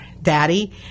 Daddy